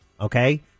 Okay